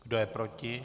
Kdo je proti?